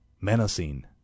menacing